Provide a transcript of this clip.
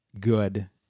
good